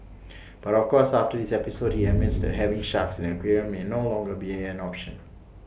but of course after this episode he admits that having sharks in the aquarium may no longer be an option